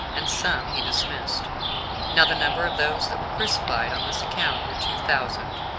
and some he dismissed now the number of those that were crucified on this account were two thousand.